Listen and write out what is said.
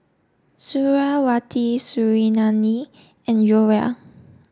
Suriawati Suriani and Joyah